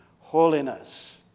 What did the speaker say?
holiness